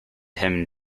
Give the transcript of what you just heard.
him